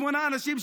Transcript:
שמונה אנשים,